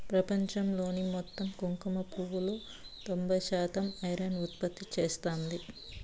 ప్రపంచంలోని మొత్తం కుంకుమ పువ్వులో తొంబై శాతం ఇరాన్ ఉత్పత్తి చేస్తాంది